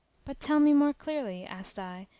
but tell me more clearly, asked i,